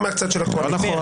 לא מהצד של הקואליציה.